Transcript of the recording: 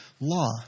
law